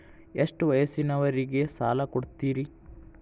ಎಷ್ಟ ವಯಸ್ಸಿನವರಿಗೆ ಸಾಲ ಕೊಡ್ತಿರಿ?